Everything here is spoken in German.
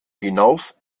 hinaus